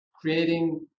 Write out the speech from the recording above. creating